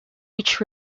which